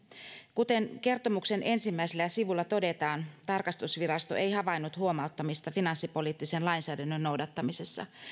kuten kertomuksen ensimmäisellä sivulla todetaan tarkastusvirasto ei havainnut huomauttamista finanssipoliittisen lainsäädännön noudattamisessa